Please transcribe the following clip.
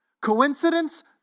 Coincidence